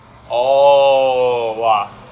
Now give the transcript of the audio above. oh !wah!